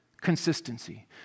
Consistency